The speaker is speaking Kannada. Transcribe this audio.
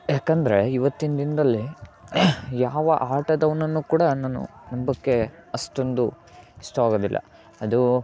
ಯಾಕಂದರೆ ಇವತ್ತಿನ ದಿನದಲ್ಲಿ ಯಾವ ಆಟೋದವನನ್ನು ಕೂಡ ನಾನು ನಂಬೊಕ್ಕೆ ಅಷ್ಟೊಂದು ಇಷ್ಟವಾಗೋದಿಲ್ಲ ಅದು